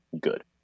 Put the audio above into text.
good